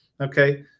okay